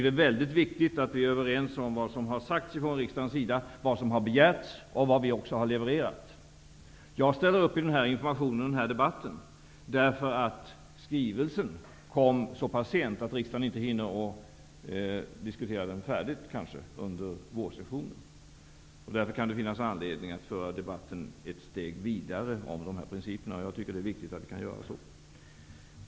Det är väldigt viktigt att vi är överens om vad som från riksdagens sida har sagts, om vad som har begärts och om vad vi har levererat. Jag ställer upp med denna information i den här debatten, därför att nämnda skrivelse kom så pass sent att riksdagen kanske inte hinner diskutera den färdigt under vårsessionen. Därför kan det finnas anledning att föra debatten om de här principerna ett steg vidare. Jag tror att det är viktigt att vi kan göra det.